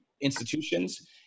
institutions